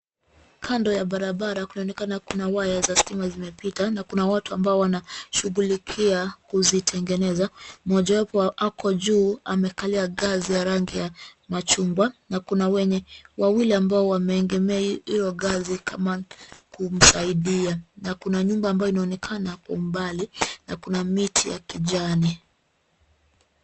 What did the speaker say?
Kando ya barabara kunaonekana kuna waya za stima zimepita na kuna watu ambao wanashughulikia kuzitengeneza. Mmoja wao ako juu amekalia ngazi ya rangi machungwa na kuna wenye wawili ambao wameegemea hiyo ngazi kama kumsaidia na kuna nyumba ambayo inaonekana kwa umbali na kuna miti ya kijani.